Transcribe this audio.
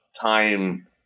time